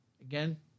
Again